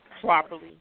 properly